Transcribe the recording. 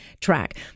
track